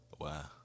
Wow